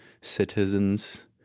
citizens